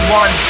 one